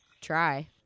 try